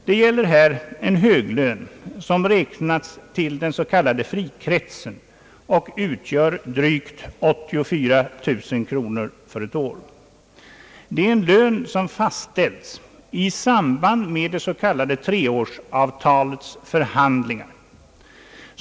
Det gäller här en höglön, som räknas till den s.k. frikretsen och som utgör drygt 84 000 kronor per år. Det är en lön som fastställts i samband med det s.k. treårsavtalets förhandlingar.